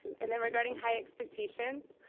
and then regarding high expectations.